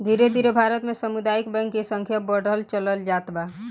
धीरे धीरे भारत में सामुदायिक बैंक के संख्या बढ़त चलल जाता